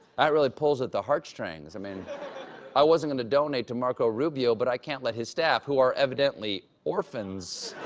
really pulls at the heart strings. i mean i wasn't going to donate to marco rubbio but i can't let his staff who are evidently orphans